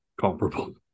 comparable